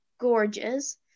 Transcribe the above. Gorgeous